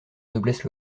noblesse